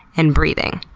and breathing.